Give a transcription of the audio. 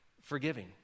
forgiving